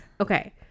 okay